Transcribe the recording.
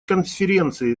конференции